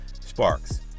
Sparks